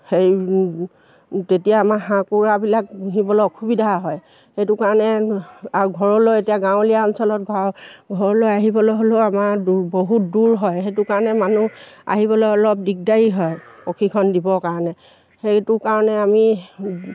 হেৰি তেতিয়া আমাৰ হাঁহ কুকুৰাবিলাক পুহিবলৈ অসুবিধা হয় সেইটো কাৰণে আৰু ঘৰলৈ এতিয়া গাঁৱলীয়া অঞ্চলত ঘৰলৈ আহিবলৈ হ'লেও আমাৰ দূৰ বহুত দূৰ হয় সেইটো কাৰণে মানুহ আহিবলৈ অলপ দিগদাৰী হয় প্ৰশিক্ষণ দিবৰ কাৰণে সেইটো কাৰণে আমি